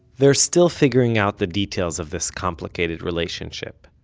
they're still figuring out the details of this complicated relationship.